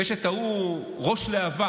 ויש את ההוא, ראש להב"ה,